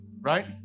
right